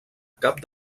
cap